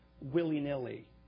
willy-nilly